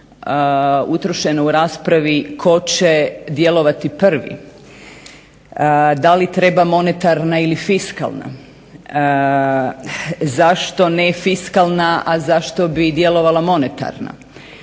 utrošeno u raspravi tko će djelovati prvi, da li treba monetarna ili fiskalna, zašto ne fiskalna, a zašto bi djelovala monetarna.